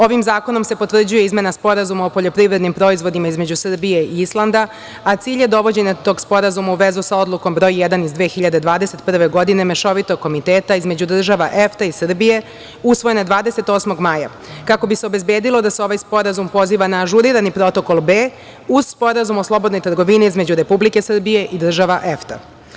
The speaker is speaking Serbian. Ovim zakonom se potvrđuje Izmena Sporazuma o poljoprivrednim proizvodima između Srbije i Islanda, a cilj je dovođenje tog Sporazuma u vezu sa Odlukom Broj 1 iz 2021. godine Mešovitog komiteta između država EFTA i Srbije, usvojene 28. maja, kako bi se obezbedilo da se ovaj sporazum poziva na ažurirani Protokol B, uz Sporazum o slobodnoj trgovini između Republike Srbije i država EFTA.